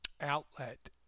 outlet